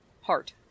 heart